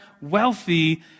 wealthy